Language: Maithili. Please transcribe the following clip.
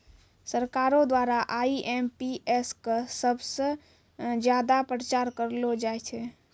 सरकारो द्वारा आई.एम.पी.एस क सबस ज्यादा प्रचार करलो जाय छै